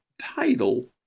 title